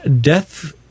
Death